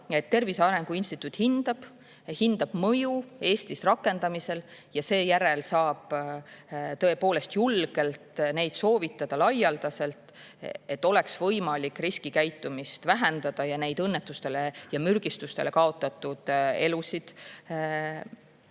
Tervise Arengu Instituut hindab nende mõju Eestis rakendamisel ja seejärel saab tõepoolest julgelt neid soovitada laialdaselt, et oleks võimalik riskikäitumist vähendada ja neid õnnetustele ja mürgistustele kaotatud elusid